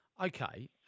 Okay